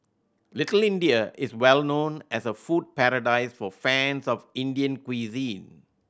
Little India is well known as a food paradise for fans of Indian cuisine